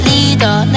Leader